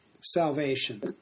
salvation